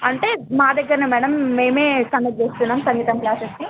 అంటే మాదగ్గరే మేడం మేమే కండక్ట్ చేస్తున్నాము సంగీతం క్లాసెస్ని